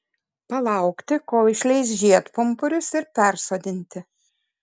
palaukti kol išleis žiedpumpurius ir persodinti